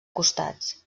costats